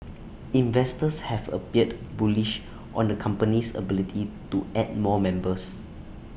investors have appeared bullish on the company's ability to add more members